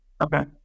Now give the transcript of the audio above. Okay